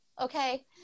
okay